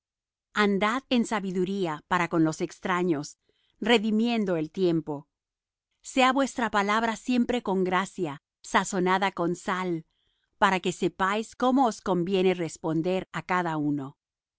andad en sabiduría para con los extraños redimiendo el tiempo sea vuestra palabra siempre con gracia sazonada con sal para que sepáis cómo os conviene responder á cada uno